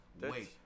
wait